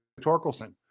Torkelson